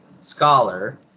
scholar